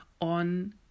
on